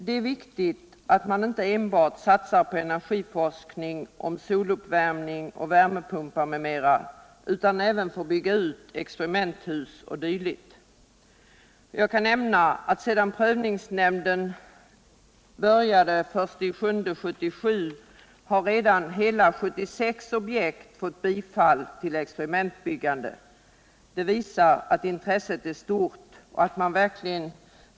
Det är viktigt att man inte enbart satsar på energiforskning om soluppvärmning, värmepumpar m.m., utan även experimentbyggande. Jag kan nämna att sedan prövningsnämnden startade sin verksamhet den I juli 1977 har redan 76 objekt fått bifall till experimentbyggande. Detta visar att intresset härför är stort.